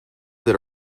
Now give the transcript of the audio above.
that